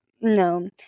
No